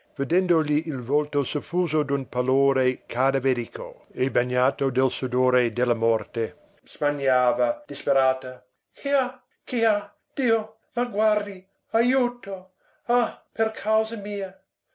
vedendogli il volto soffuso d'un pallore cadaverico e bagnato del sudore della morte smaniava disperata che ha che ha dio ma guardi ajuto ah per causa mia